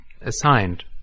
assigned